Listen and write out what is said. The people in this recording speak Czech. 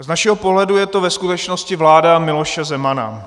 Z našeho pohledu je to ve skutečnosti vláda Miloše Zemana.